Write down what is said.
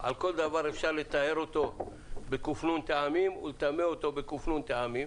כל דבר אפשר לטהר אותו בק"ן טעמים ולטמא אותו בק"ן טעמים.